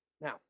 Now